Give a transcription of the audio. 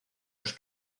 los